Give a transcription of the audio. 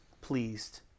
pleased